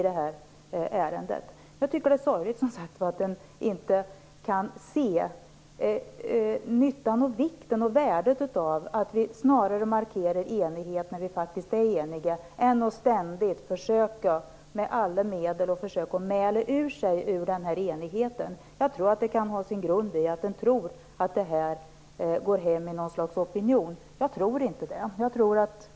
Det är sorgligt att man inte kan se nyttan, vikten och värdet av att vi markerar enighet när vi är eniga än att ständigt med alla medel försöka att mäla sig ur denna enighet. Det kan ha sin grund i att man tror att detta går hem hos någon opinion. Men det tror inte jag.